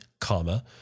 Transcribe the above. comma